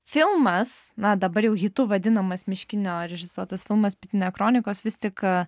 filmas na dabar jau hitu vadinamas miškinio režisuotas filmas pietinia kronikos vis tik